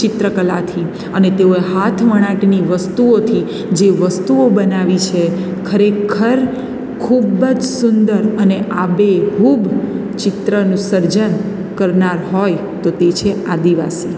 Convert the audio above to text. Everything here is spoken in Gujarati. ચિત્રકલાથી અને તેઓએ હાથ વણાટની વસ્તુઓથી જે વસ્તુઓ બનાવી છે ખરેખર ખૂબ જ સુંદર અને આબેહૂબ ચિત્રનું સર્જન કરનાર હોય તો તે છે આદિવાસી